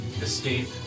escape